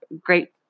great